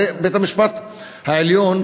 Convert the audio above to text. הרי בית-המשפט העליון,